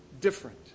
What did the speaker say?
different